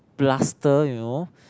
plaster you know